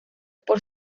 por